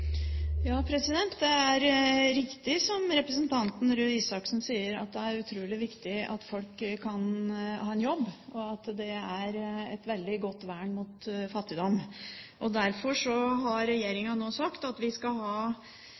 Ja, det er riktig som representanten Torbjørn Røe Isaksen sier, at det er utrolig viktig at folk kan ha en jobb, og at det er et veldig godt vern mot fattigdom. Derfor har regjeringen nå sagt at vi skal